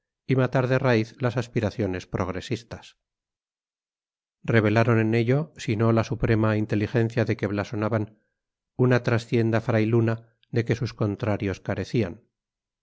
y matar de raíz las aspiraciones progresistas revelaron en ello si no la suprema inteligencia de que blasonaban una trastienda frailuna de que sus contrarios carecían